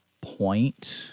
point